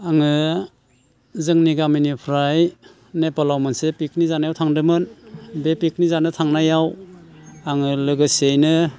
आङो जोंनि गामिनिफ्राय नेपालाव मोनसे पिकनिक जानायाव थांदोंमोन बे पिकनिक जानो थांनायाव आङो लोगोसेयैनो